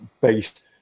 based